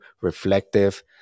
reflective